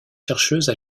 chercheuse